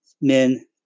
men